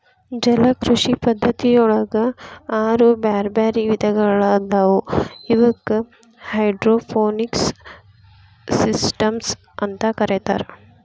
ಜಲಕೃಷಿ ಪದ್ಧತಿಯೊಳಗ ಆರು ಬ್ಯಾರ್ಬ್ಯಾರೇ ವಿಧಗಳಾದವು ಇವಕ್ಕ ಹೈಡ್ರೋಪೋನಿಕ್ಸ್ ಸಿಸ್ಟಮ್ಸ್ ಅಂತ ಕರೇತಾರ